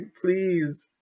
please